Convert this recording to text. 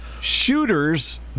Shooter's